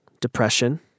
depression